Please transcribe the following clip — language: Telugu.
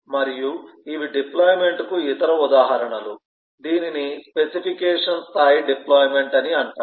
మరియు ఇవి డిప్లొయిమెంట్ కు ఇతర ఉదాహరణలు దీనిని స్పెసిఫికేషన్ స్థాయి డిప్లొయిమెంట్ అని అంటారు